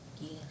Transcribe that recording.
Yes